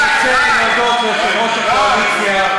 אני רוצה להודות ליושב-ראש הקואליציה,